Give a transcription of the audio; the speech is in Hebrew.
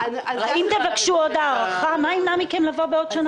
אם תבקשו עוד הארכה מה ימנע מכם לבקש זאת שוב בעוד שנה?